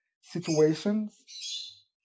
situations